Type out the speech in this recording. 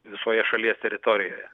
visoje šalies teritorijoje